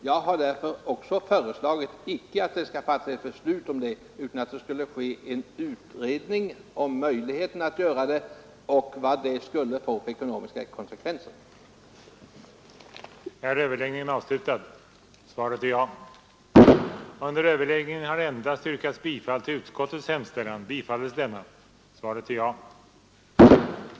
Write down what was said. Jag har därför också föreslagit icke att det skall fattas ett beslut utan att en utredning skall ske om möjligheten att utjämna pensionerna till pensionerade statstjänstemän och om vilka ekonomiska konsekvenser det skulle medföra.